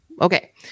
okay